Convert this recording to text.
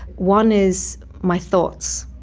one is my thoughts.